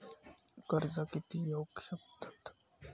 कर्ज कीती घेऊ शकतत?